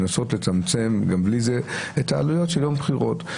לנסות לצמצם גם בלי זה את העלויות של יום הבחירות.